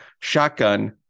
Shotgun